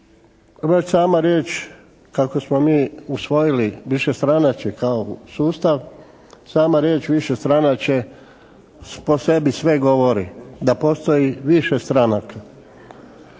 već sama riječ kako smo mi usvojili višestranačje kao sustav, sama riječ višestranačje po sebi sve govori. Da postoji više stranaka.